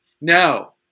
no